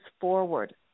forward